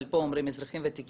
אבל פה אומרים אזרחים ותיקים,